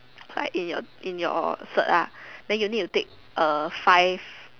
like in your in your cert ah then you need to take a five